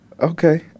Okay